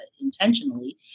intentionally